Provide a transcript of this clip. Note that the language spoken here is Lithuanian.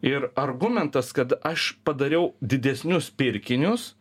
ir argumentas kad aš padariau didesnius pirkinius